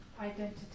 identity